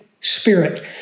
Spirit